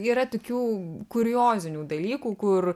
yra tokių kuriozinių dalykų kur